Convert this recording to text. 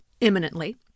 imminently